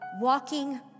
walking